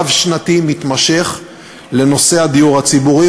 רב-שנתי מתמשך לנושא הדיור הציבורי,